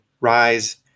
rise